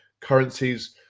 currencies